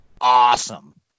awesome